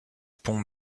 pont